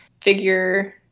figure